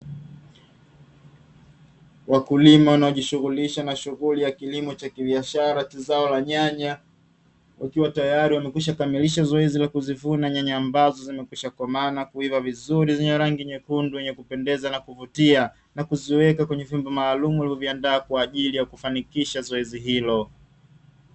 Wakulima wanaojishughulisha na shughuli ya kilimo cha kibiashara cha zao la nyanya, wakiwa tayari wamekwisha kamilisha zoezi la kuzivuna nyanya ambazo zimekwisha komaa na kuiva vizuri zenye rangi nyekundu yenye kupendeza na kuvutia na kuziweka kwenye vyombo maalumu walivyoviandaa kwa ajili ya kufanikisha zoezi hilo.